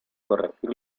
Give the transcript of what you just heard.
corregir